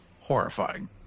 horrifying